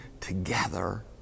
together